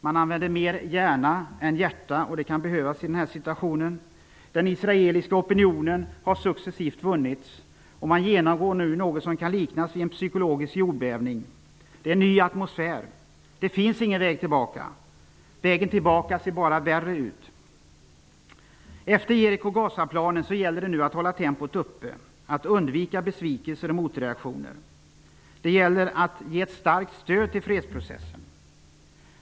Man använder mer hjärna än hjärta, och det kan behövas i denna situation. Den israeliska opinionen har successivt vunnits, och man genomgår nu någonting som kan liknas vid en psykologisk jordbävning. Det är en ny atmosfär. Det finns ingen väg tillbaka. Vägen tillbaka ser bara värre ut. Efter Jeriko och Gazaplanen gäller det nu att hålla tempot uppe och undvika besvikelser och motreaktioner. Det gäller att ge ett starkt stöd till fredsprocessen.